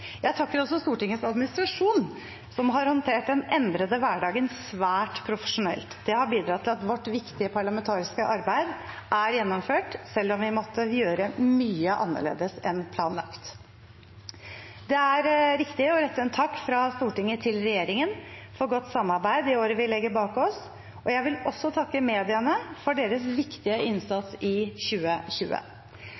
Jeg takker også Stortingets administrasjon, som har håndtert den endrede hverdagen svært profesjonelt. Det har bidratt til at vårt viktige parlamentariske arbeid er gjennomført, selv om vi måtte gjøre mye annerledes enn planlagt. Det er riktig å rette en takk fra Stortinget til regjeringen for godt samarbeid i året vi legger bak oss, og jeg vil også takke mediene for deres viktige